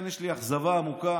יש לי ישיבה עם האליטה,